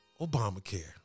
Obamacare